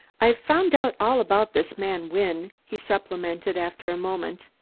i've found out all about this man wynne, he supplemented after a moment,